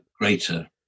greater